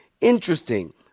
interesting